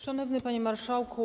Szanowny Panie Marszałku!